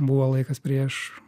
buvo laikas prieš